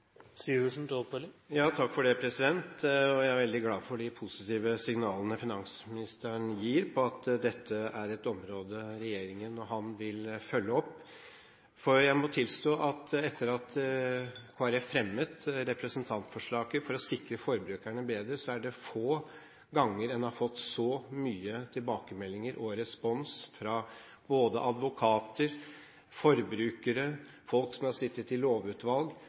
Jeg er veldig glad for de positive signalene finansministeren gir om at dette er et område regjeringen og han vil følge opp, for jeg må tilstå at etter at Kristelig Folkeparti fremmet representantforslaget for å sikre forbrukerne bedre, er det få ganger en har fått så mange tilbakemeldinger og respons fra både advokater, forbrukere og folk som har sittet i lovutvalg.